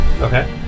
Okay